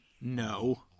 no